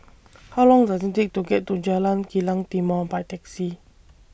How Long Does IT Take to get to Jalan Kilang Timor By Taxi